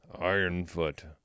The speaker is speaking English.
Ironfoot